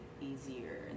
easier